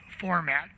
format